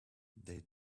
they